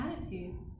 attitudes